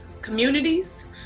communities